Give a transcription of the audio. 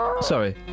Sorry